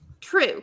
true